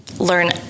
learn